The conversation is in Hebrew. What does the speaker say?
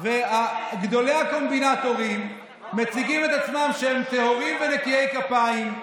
גדולי הקומבינטורים מציגים את עצמם שהם טהורים ונקיי כפיים.